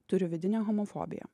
turi vidinę homofobiją